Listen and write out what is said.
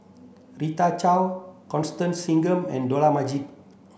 Rita Chao Constance Singam and Dollah Majid